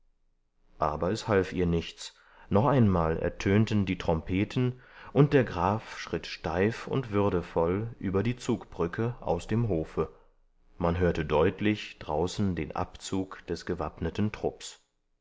aber es half ihr nichts noch einmal ertönten die trompeten und der graf schritt steif und würdevoll über die zugbrücke aus dem hofe man hörte deutlich draußen den abzug des gewappneten trupps